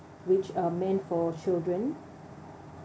which are meant for children